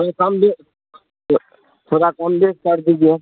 تھوڑا کم تھوڑا کم کر دیجیے